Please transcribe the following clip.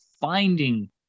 finding